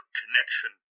connection